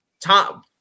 Tom